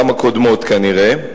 גם הקודמות כנראה,